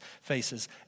faces